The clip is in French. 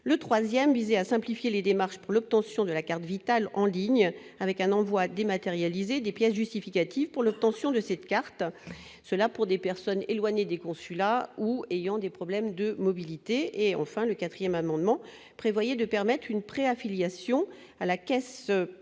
le 3ème visait à simplifier les démarches pour l'obtention de la carte vitale, en ligne avec un envoi dématérialisés, des pièces justificatives pour l'obtention de cette carte, cela pour des personnes éloignées des consulats ou ayant des problèmes de mobilité et enfin le 4ème amendement prévoyait de permettre une pré-affiliation à la caisse primaire